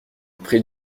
prix